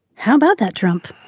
how about that trump.